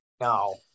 No